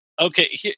okay